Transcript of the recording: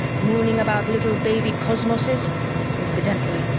mooning about little baby cosmoses incidentally,